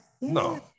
No